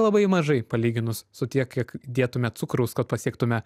labai mažai palyginus su tiek kiek dėtume cukraus kad pasiektume